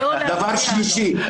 דבר שלישי,